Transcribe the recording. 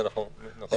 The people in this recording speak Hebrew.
אז אנחנו --- אוקיי,